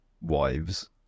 wives